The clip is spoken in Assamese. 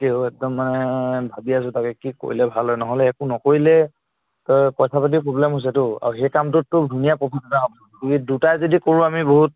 কি অঁ একদম মানে ভাবি আছোঁ তাকে কি কৰিলে ভাল হয় নহ'লে একো নকৰিলে তই পইচা পাতি প্ৰব্লেম হৈছেতো আৰু সেই কামটোতটো ধুনীয়া প্ৰফিট এটা হ'ব দুয়োটাই যদি কৰোঁ আমি বহুত